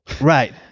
Right